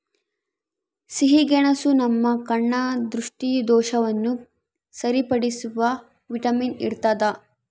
ಸಿಹಿಗೆಣಸು ನಮ್ಮ ಕಣ್ಣ ದೃಷ್ಟಿದೋಷವನ್ನು ಸರಿಪಡಿಸುವ ವಿಟಮಿನ್ ಇರ್ತಾದ